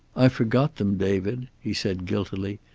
i forgot them, david, he said guiltily.